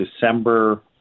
December